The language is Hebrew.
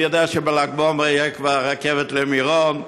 אני יודע שבל"ג בעומר כבר תהיה רכבת למירון,